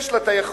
יש לה היכולת